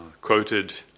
quoted